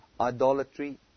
Idolatry